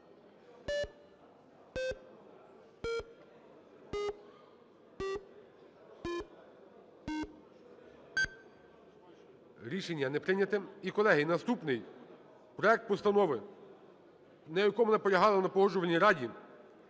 Рішення не прийнято. І, колеги, наступний проект постанови, на якому наполягали на Погоджувальній раді,